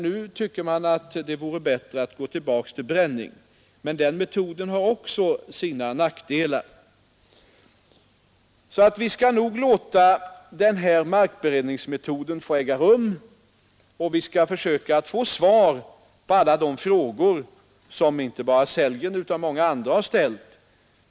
Nu anser de att det vore bättre att gå tillbaka till bränning, men den metoden har också sina nackdelar. Vi skall nog låta den här markberedningsmetoden tillämpas, och vi skall försöka få svar på alla de frågor som inte bara herr Sellgren utan många andra har ställt.